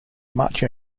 much